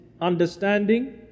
understanding